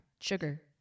sugar